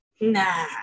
nah